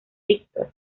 víctor